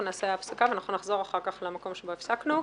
אנחנו נעשה הפסקה ואחר כך נחזור למקום בו הפסקנו.